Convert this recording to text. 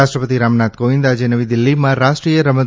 રાષ્ટ્રપતિ રામનાથ કોવિંદ આજે નવી દિલ્હીમાં રાષ્ટ્રીય રમત